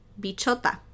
Bichota